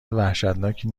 وحشتناکی